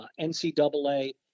NCAA